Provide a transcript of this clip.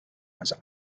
was